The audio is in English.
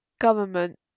government